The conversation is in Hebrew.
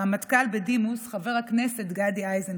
הרמטכ"ל בדימוס חבר הכנסת גדי איזנקוט.